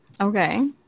Okay